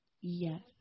Yes